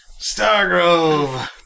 Stargrove